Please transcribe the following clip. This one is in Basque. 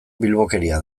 bilbokeria